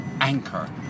anchor